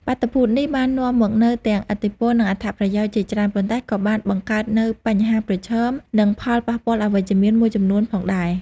បាតុភូតនេះបាននាំមកនូវទាំងឥទ្ធិពល និងអត្ថប្រយោជន៍ជាច្រើន ប៉ុន្តែក៏បានបង្កើតនូវបញ្ហាប្រឈម និងផលប៉ះពាល់អវិជ្ជមានមួយចំនួនផងដែរ។